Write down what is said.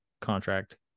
contract